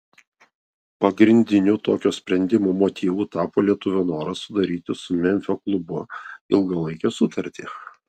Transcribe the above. pagrindiniu tokio sprendimo motyvu tapo lietuvio noras sudaryti su memfio klubu ilgalaikę sutartį